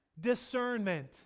discernment